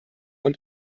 und